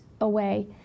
away